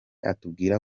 atubwira